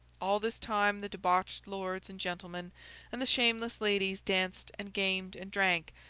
all this time, the debauched lords and gentlemen and the shameless ladies danced and gamed and drank,